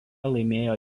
laimėjo